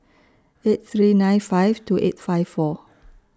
eight three nine five two eight five four